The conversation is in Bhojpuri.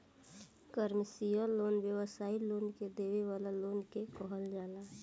कमर्शियल लोन व्यावसायिक लोग के देवे वाला लोन के कहल जाला